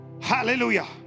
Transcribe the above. hallelujah